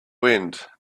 wind